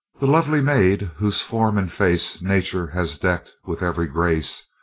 the lovely maid whose form and face nature has deck'd with ev'ry grace,